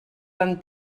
tan